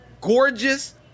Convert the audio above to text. gorgeous